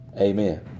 amen